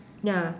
ya